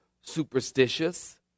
superstitious